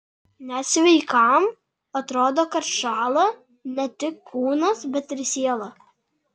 net sveikam atrodo kad šąla ne tik kūnas bet ir siela